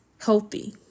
healthy